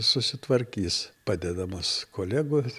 susitvarkys padedamas kolegų